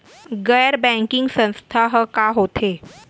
गैर बैंकिंग संस्था ह का होथे?